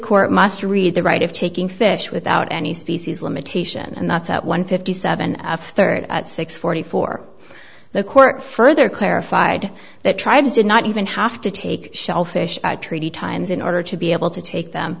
court must read the right of taking fish without any species limitation and that's one fifty seven thirty six forty four the court further clarified that tribes did not even have to take shellfish treaty times in order to be able to take them